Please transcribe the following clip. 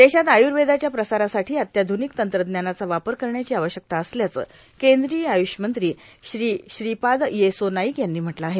देशात आयुर्वेदाच्या प्रसारासाठी अत्याध्रनिक तंत्रज्ञानाचा वापर करण्याची आवश्यकता असल्याचं केंद्रीय आय्रषमंत्री श्री श्रीपाद येसो नाईक यांनी म्हटलं आहे